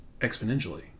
exponentially